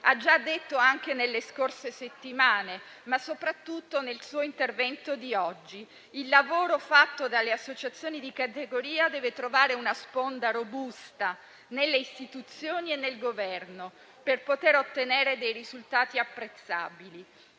ha già detto, nelle scorse settimane, ma soprattutto nel suo intervento di oggi: il lavoro fatto dalle associazioni di categoria deve trovare una sponda robusta nelle istituzioni e nel Governo per poter ottenere dei risultati apprezzabili.